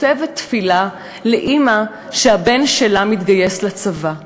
כותבת תפילה לאימא שהבן שלה מתגייס לצבא,